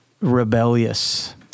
rebellious